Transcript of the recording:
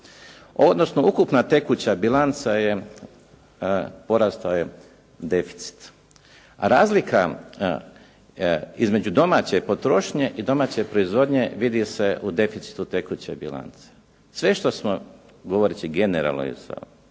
Odnosno ukupna tekuća bilanca je porastao je deficit. Razlika između domaće potrošnje i domaće proizvodnje vidi se u deficitu tekuće bilance. Sve što smo, govoreći generalno sa